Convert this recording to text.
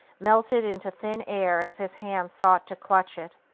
melted into thin air as his hand sought to clutch it.